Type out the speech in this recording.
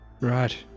Right